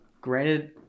Granted